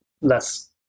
less